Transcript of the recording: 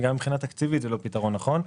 וגם מבחינה תקציבית זה לא פתרון נכון,